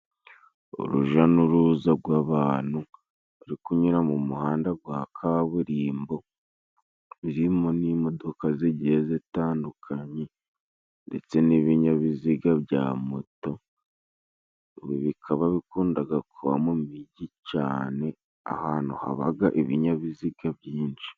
Uruja n'uruza rw'abantu bari kunyura mu muhanda rwa kaburimbo iririmo n'imodoka zigiye zitandukanye ndetse n'ibinyabiziga bya moto, bikaba bikundaga kuba mu mijyi cane ahantu habaga ibinyabiziga byinshi.